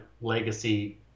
legacy